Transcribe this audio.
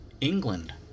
England